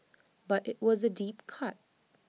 but IT was A deep cut